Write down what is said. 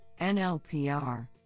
NLPR